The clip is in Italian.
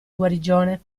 guarigione